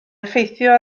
effeithio